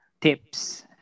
Tips